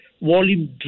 volume